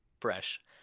Fresh